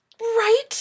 Right